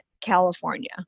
California